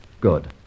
Good